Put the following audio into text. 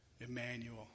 Emmanuel